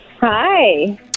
hi